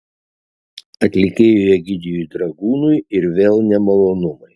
atlikėjui egidijui dragūnui ir vėl nemalonumai